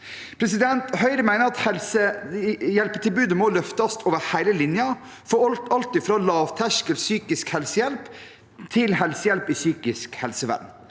Høyre mener at hjelpetilbudet må løftes over hele linjen – alt fra lavterskel psykisk helsehjelp til helsehjelp i psykisk helsevern.